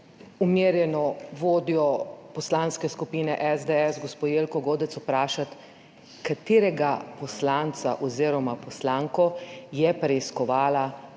umirjeno vodjo Poslanske skupine SDS gospo Jelko Godec vprašati, katerega poslanca oziroma poslanko je preiskovala